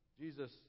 Jesus